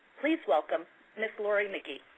please welcome ms. lori mcgee.